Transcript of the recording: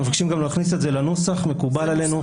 אנחנו מבקשים גם להכניס את זה לנוסח, מקובל עלינו.